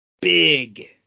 Big